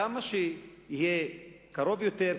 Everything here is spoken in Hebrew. כמה שיהיה קרוב יותר,